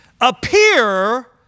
appear